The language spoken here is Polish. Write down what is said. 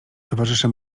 towarzysze